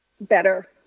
better